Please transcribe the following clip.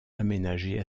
aménagées